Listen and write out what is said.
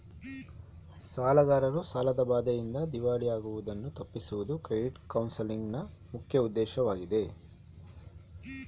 ಸಾಲಗಾರರು ಸಾಲದ ಬಾಧೆಯಿಂದ ದಿವಾಳಿ ಆಗುವುದನ್ನು ತಪ್ಪಿಸುವುದು ಕ್ರೆಡಿಟ್ ಕೌನ್ಸಲಿಂಗ್ ನ ಮುಖ್ಯ ಉದ್ದೇಶವಾಗಿದೆ